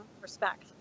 respect